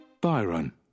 Byron